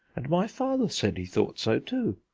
and my father said he thought so too.